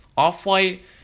Off-White